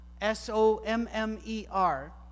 S-O-M-M-E-R